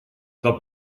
dat